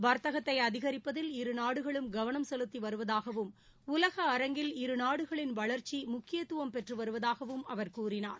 வர்த்தகத்தை அதிகரிப்பதில் இருநாடுகளும் கவனம் செலுத்தி வருவதாகவும்உலக அரங்கில் இரு நாடுகளின் வளர்ச்சி முக்கியத்துவம் பெற்று வருவதாகவும் அவர் கூறினார்